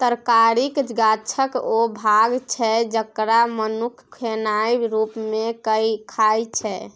तरकारी गाछक ओ भाग छै जकरा मनुख खेनाइ रुप मे खाइ छै